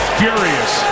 furious